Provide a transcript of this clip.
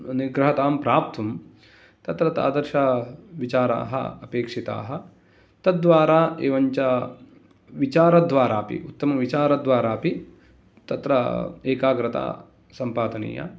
निग्रहतां प्राप्तुं तत्र तादृश विचाराः अपेक्षिताः तद्द्वारा एवञ्च विचारद्वारापि उत्तमविचारद्वारापि तत्र एकाग्रता सम्पादनीया